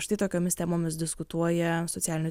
štai tokiomis temomis diskutuoja socialinių